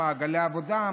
מעגלי העבודה,